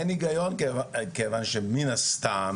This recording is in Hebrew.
אין היגיון כיוון שמן הסתם